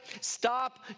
Stop